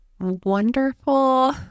wonderful